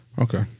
Okay